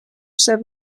serve